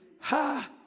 ha